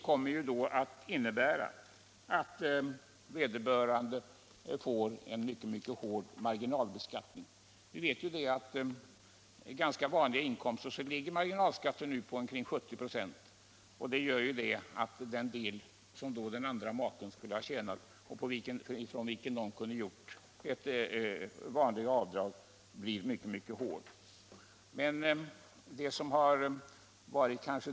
Vid ganska vanliga inkomster ligger marginalskatten nu på omkring 70 96. Det gör att beskattningen av den del av inkomsten som den andra maken skulle ha tjänat och från vilken vederbörande skulle ha kunnat göra vanliga avdrag blir mycket hård.